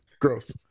Gross